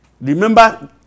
Remember